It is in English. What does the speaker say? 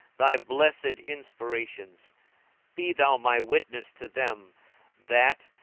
thy blessed inspirations be thou my witness to them that,